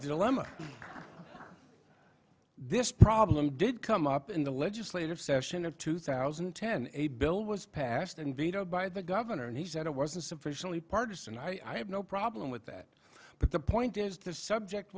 dilemma this problem did come up in the legislative session of two thousand and ten a bill was passed and vetoed by the governor and he said it wasn't sufficiently partisan i have no problem with that but the point is the subject